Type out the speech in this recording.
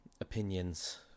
opinions